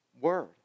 Word